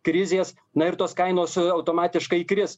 krizės na ir tos kainos automatiškai kris